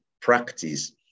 practice